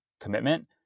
commitment